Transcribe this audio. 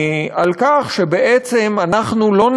על כך שלא נאפשר